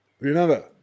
remember